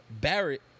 Barrett